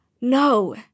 no